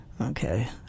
Okay